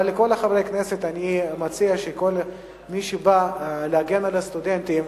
לכל חברי הכנסת אני מציע שכל מי שבא להגן על הסטודנטים